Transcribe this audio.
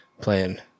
playing